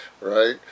right